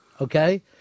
Okay